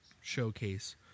showcase